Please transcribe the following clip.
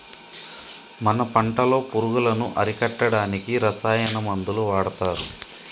మన పంటలో పురుగులను అరికట్టడానికి రసాయన మందులు వాడతారు